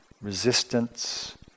resistance